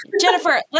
Jennifer